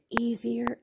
easier